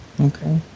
okay